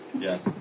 Yes